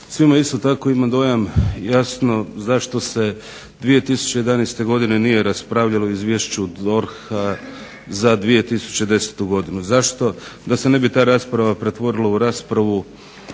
Svima je isto tako imam dojam jasno zašto se 2011. godine nije raspravljalo o izvješću DORH-a za 2010. godinu. Zašto? Da se ne bi ta rasprava pretvorila u raspravu